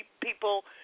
people